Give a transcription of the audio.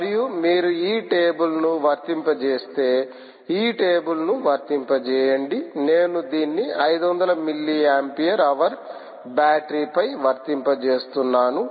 మరియు మీరు ఈ టేబుల్ ను వర్తింపజేస్తే ఈ టేబుల్ ను వర్తింపజేయండి నేను దీన్ని 500 మిల్లీ ఆంపియర్హవర్ బ్యాటరీ పై వర్తింపజేస్తున్నాను